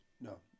No